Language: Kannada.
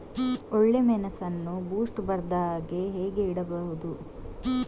ಒಳ್ಳೆಮೆಣಸನ್ನು ಬೂಸ್ಟ್ ಬರ್ದಹಾಗೆ ಹೇಗೆ ಇಡಬಹುದು?